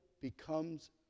becomes